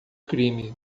crime